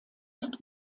ist